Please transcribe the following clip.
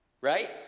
Right